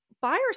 buyers